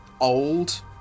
old